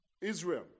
Israel